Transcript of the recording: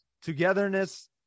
togetherness